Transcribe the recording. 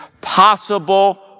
possible